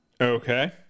Okay